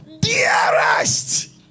dearest